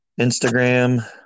Instagram